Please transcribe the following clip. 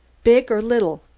big or little?